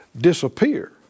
disappear